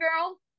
girl